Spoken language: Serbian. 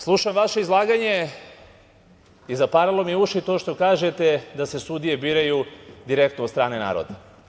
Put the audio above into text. Slušam vaše izlaganje i zaparalo mi je uši to što kažete da se sudije biraju direktno od strane naroda.